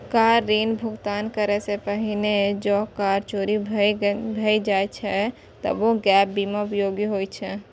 car ऋणक भुगतान करै सं पहिने जौं कार चोरी भए जाए छै, तबो गैप बीमा उपयोगी होइ छै